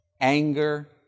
Anger